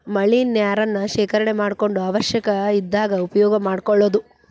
ಮಳಿ ನೇರನ್ನ ಶೇಕರಣೆ ಮಾಡಕೊಂಡ ಅವಶ್ಯ ಇದ್ದಾಗ ಉಪಯೋಗಾ ಮಾಡ್ಕೊಳುದು